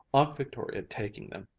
aunt victoria taking them,